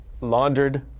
laundered